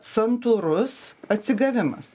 santūrus atsigavimas